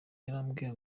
yarambwiye